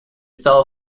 fell